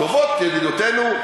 טובות כידידותינו,